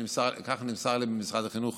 נמסר לי ממשרד החינוך